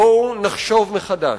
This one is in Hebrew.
בואו נחשוב מחדש,